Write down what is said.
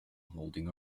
holding